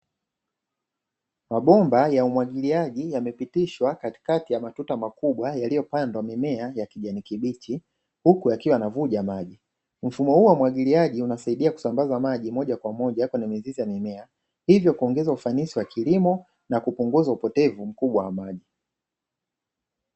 Mabomba ya umwagiliaji yamepitishwa katikati ya matuta makubwa yaliopandwa mimea ya kijani kibicha huku yakiwanavuja maji. Mfumo huu wa umwagiliaji unasaidia kusambaza maji moja kwa moja kwenye mizizi ya mimea hivyo kuongeza ufanisi wa kilimo na kupunguza upotevu mkubwa wa maji.